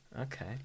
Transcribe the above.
Okay